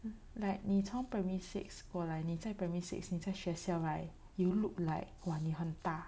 like 你从 primary six 过来你在 primary six 你在学校 right !wah! you look like 你很大